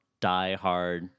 diehard